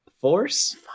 force